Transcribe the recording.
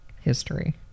history